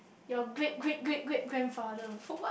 your great great great great grandfather